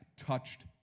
Touched